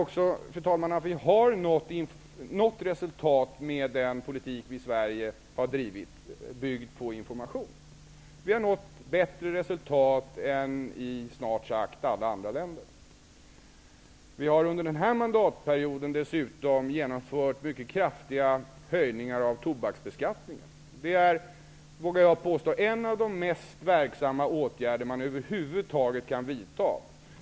Jag menar att vi nått resultat i Sverige men den politik som vi hittills har drivit, dvs. med hjälp av information. Vi har nått bättre resultat än vad man har gjort i snart sagt alla andra länder. Vi har under den här mandatperioden dessutom genomfört mycket kraftiga höjningar av tobaksskatten. Jag vågar påstå att det är en av de mest verksamma åtgärder som man över huvud taget kan vidta.